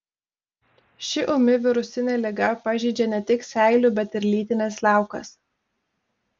ši ūmi virusinė liga pažeidžia ne tik seilių bet ir lytines liaukas